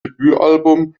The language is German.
debütalbum